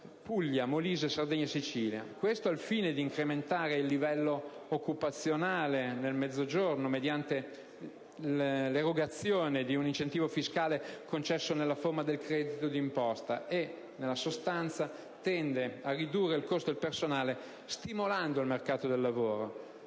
Puglia, Molise, Sardegna e Sicilia). Ciò al fine di incrementare il livello occupazionale nel Mezzogiorno attraverso l'erogazione di un incentivo fiscale concesso nella forma del credito d'imposta. Nella sostanza, la disposizione tende a ridurre il costo del personale, stimolando il mercato del lavoro: